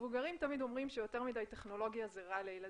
המבוגרים תמיד אומרים שיותר מדי טכנולוגיה זה רע לילדים,